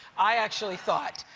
i actually thought,